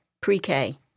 pre-K